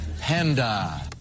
panda